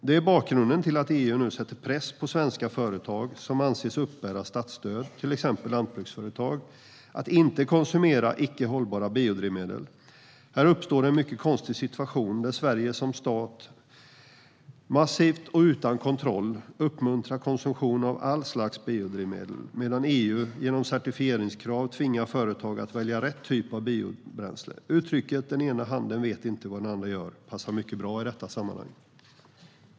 Det är bakgrunden till att EU nu sätter press på svenska företag som anses uppbära statsstöd, till exempel lantbruksföretag, att inte konsumera icke hållbara biodrivmedel. Här uppstår en mycket konstig situation, där Sverige som stat massivt och utan kontroll uppmuntrar konsumtion av alla slags biodrivmedel, medan EU genom certifieringskrav tvingar företag att välja rätt typ av biobränsle. Uttrycket den ena handen vet inte vad den andra gör passar mycket bra i detta sammanhang.